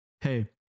Hey